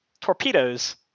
torpedoes